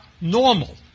normal